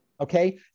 okay